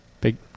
Big